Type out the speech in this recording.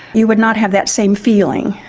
you would not have that same feeling.